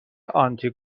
آنتی